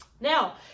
now